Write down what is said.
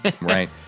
right